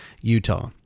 Utah